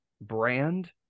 brand